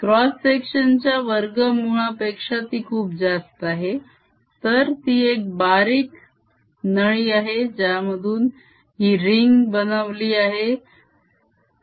cross section च्या वर्गमूळापेक्षा ती खूप जास्त आहे तर ती एक बारीक नळी आहे ज्यामधून ही रिंग बनवली आहे